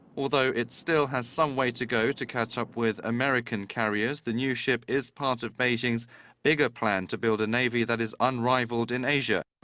although it still has some way to go to catch up with american carriers, the new ship is part of beijing's bigger plan to build a navy that is unrivaled in asia.